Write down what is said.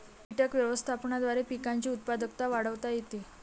कीटक व्यवस्थापनाद्वारे पिकांची उत्पादकता वाढवता येते